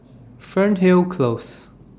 Fernhill Close